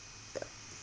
yeah